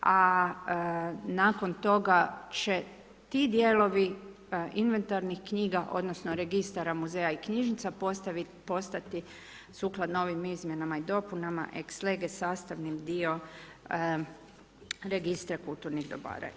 A nakon toga, će ti dijelovi, inventarnih knjiga, odnosno, registara muzeja i knjižnica, postati sukladno ovim izmjenama i dopunama … sastavni dio registra kulturnih dobara.